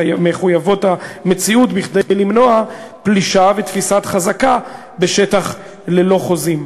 מחויבות המציאות כדי למנוע פלישה ותפיסת חזקה בשטח ללא חוזים.